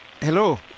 hello